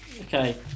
Okay